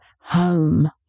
home